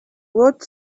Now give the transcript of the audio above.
root